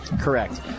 correct